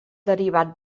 derivat